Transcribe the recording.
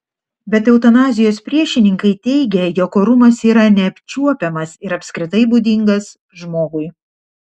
bet eutanazijos priešininkai teigia jog orumas yra neapčiuopiamas ir apskritai būdingas žmogui